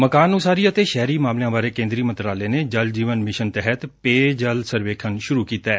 ਮਕਾਨ ਉਸਾਰੀ ਅਤੇ ਸ਼ਹਿਰੀ ਮਾਮਲਿਆਂ ਬਾਰੇ ਕੇਂਦਰੀ ਮੰਤਰਾਲੇ ਨੇ ਜਲ ਜੀਵਨ ਮਿਸ਼ਨ ਤਹਿਤ ਪੇਯ ਜਲ ਸਰਵੇਖਣ ਸ਼ੁਰੂ ਕੀਤੈ